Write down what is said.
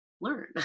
learn